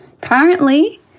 Currently